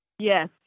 Yes